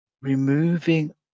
removing